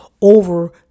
over